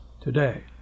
today